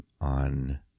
on